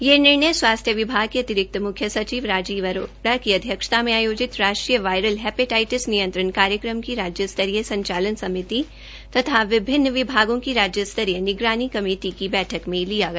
यह निर्णय स्वास्थ्य विभाग के अतिरिक्त मुख्य सचिव राजीव अरोड़ा की अध्यक्षता में आयोजित राष्ट्रीय वायरल हेपेटाइटिस नियंत्रण कार्यक्रम की राज्य स्तरीय संचालन समिति तथा विभिन्न विभागों की राज्य स्तरीय निगरानी कमेटी की बैठक में लिया गया